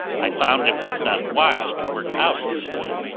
i found it was not wise to work out a scheme,